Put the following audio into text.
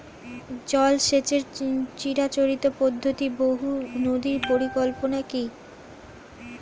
জল সেচের চিরাচরিত পদ্ধতি বহু নদী পরিকল্পনা কি?